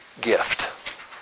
gift